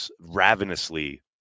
ravenously